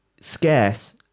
scarce